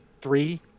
three